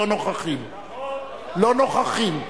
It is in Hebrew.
לא נוכחים.